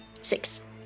Six